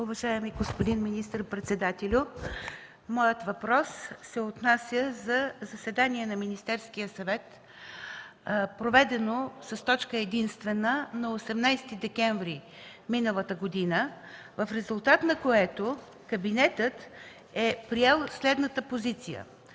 Уважаеми господин министър-председателю, моят въпрос се отнася за заседание на Министерския съвет, проведено с точка единствена на 18 декември миналата година, в резултат на което кабинетът е приел следната позиция: